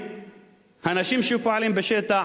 האנשים שפועלים בשטח,